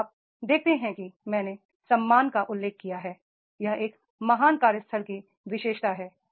अब आप देखते हैं कि मैंने सम्मान का उल्लेख किया है यह एक महान कार्यस्थल की विशेषता है